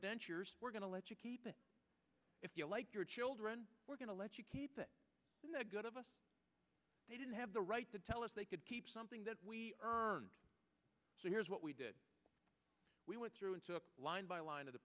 dentures we're going to let you keep it if you like your children we're going to let you keep it in the good of us they didn't have the right to tell us they could keep something that we so here's what we did we went through into a line by line